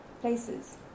places